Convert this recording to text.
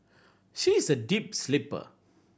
she is a deep sleeper